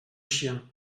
chien